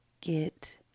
get